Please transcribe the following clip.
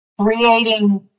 creating